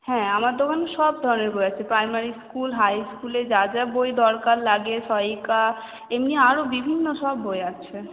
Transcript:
হ্যাঁ আমার দোকানে সব ধরনের বই আছে প্রাইমারি স্কুল হাই স্কুলে যা যা বই দরকার লাগে সহায়িকা এমনি আরো বিভিন্ন সব বই আছে